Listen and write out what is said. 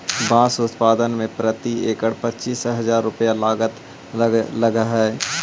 बाँस उत्पादन में प्रति एकड़ पच्चीस हजार रुपया लागत लगऽ हइ